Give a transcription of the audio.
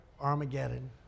Armageddon